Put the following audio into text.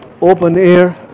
open-air